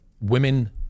women